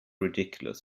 ridiculous